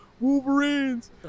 wolverines